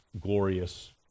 glorious